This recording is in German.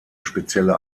spezielle